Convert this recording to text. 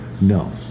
No